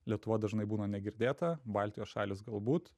lietuvoj dažnai būna negirdėta baltijos šalys galbūt